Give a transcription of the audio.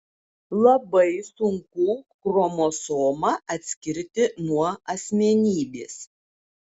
labai sunku chromosomą atskirti nuo asmenybės